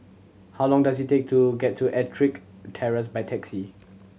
how long does it take to get to Ettrick Terrace by taxi